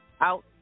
out